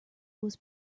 was